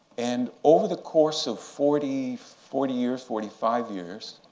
and over the course of forty forty years, forty five years,